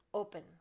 open